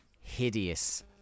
hideous